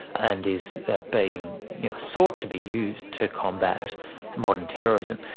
and is being sought to be used to combat modern terrorism.